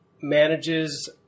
manages